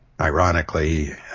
ironically